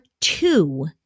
two